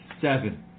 seven